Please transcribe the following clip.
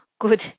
good